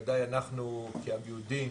בוודאי אנחנו והיהודים,